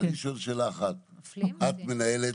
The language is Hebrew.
אני שואל שאלה אחת, את מנהלת,